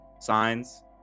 signs